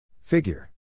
Figure